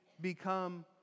become